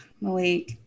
Malik